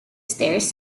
stairs